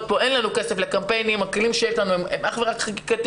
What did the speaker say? אין לנו כסף לקמפיינים והכלים שיש לנו הם אך ורק חקיקתיים,